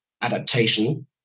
adaptation